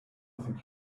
think